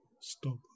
Stop